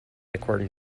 according